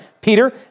Peter